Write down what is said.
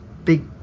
Big